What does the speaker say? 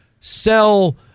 sell